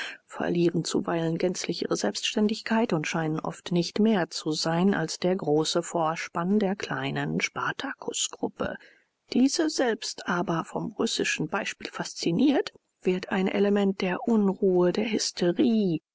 verlieren zuweilen gänzlich ihre selbständigkeit und scheinen oft nicht mehr zu sein als der große vorspann der kleinen spartacusgruppe diese selbst aber vom russischen beispiel fasziniert wird ein element der unruhe der hysterie